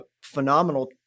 phenomenal